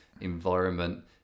environment